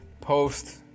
post